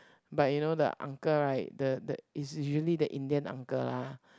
but you know the uncle right the the is usually the Indian uncle lah